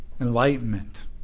enlightenment